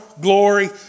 glory